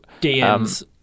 DMs